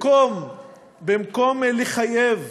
במקום לחייב